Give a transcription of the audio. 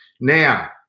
Now